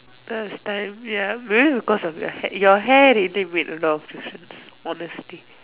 first time ya maybe because of your hair your hair really make a lot of difference honestly